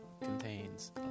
contains